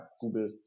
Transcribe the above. Google